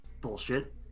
bullshit